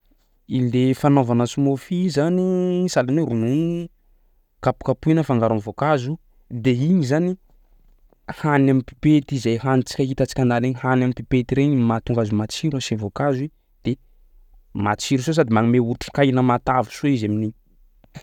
Ilay fanaovana smoothie izany sahalan'ny hoe ronono kapokapohina afangaro am'voankazo de igny zany hany am'pipety zay hanintsika hitantsika an-dàla eny hany am'pipety regny mahatonga azy matsiro asia voankazo i de matsiro soa sady magnome otrikaina matavy soa izy amin'igny.